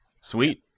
Sweet